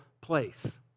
place